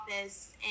office